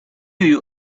you